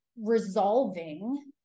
resolving